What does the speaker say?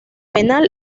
penal